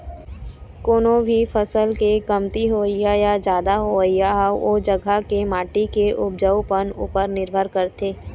कोनो भी फसल के कमती होवई या जादा होवई ह ओ जघा के माटी के उपजउपन उपर निरभर करथे